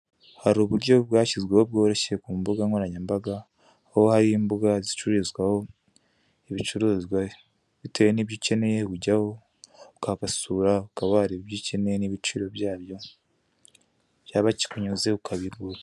Hari uburyo bwashyizweho bworoshye ku mbuga nkoranyambaga kuba hari imbuga zicururizwaho ibicuruzwa, bitewe n' ibyo ukeneye ujyaho ukabasura ukaba wareba ibyo ukeneye n' ibiciro byabyo cyaba kikunyuze ukabigura.